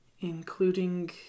Including